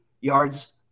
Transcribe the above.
yards